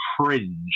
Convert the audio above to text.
cringe